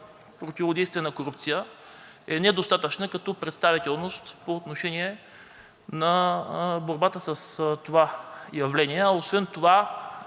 противодействие на корупцията е недостатъчна като представителност по отношение на борбата с това явление.